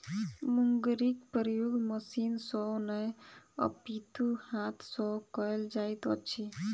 मुंगरीक प्रयोग मशीन सॅ नै अपितु हाथ सॅ कयल जाइत अछि